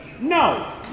No